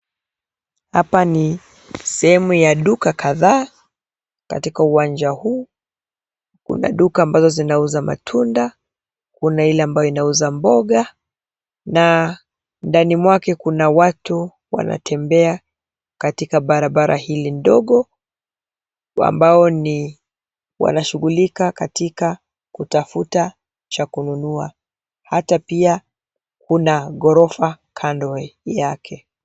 Hapa ni sehemu ya duka kadhaa. Katika uwanja huu, kuna duka ambazo zinauza matunda, kuna ile ambayo inauza mboga, na ndani mwake kuna watu wanatembea katika barabara hili ndogo, ambao ni wanashughulika katika kutafuta cha kununua. Hata pia, kuna ghorofa kando yake.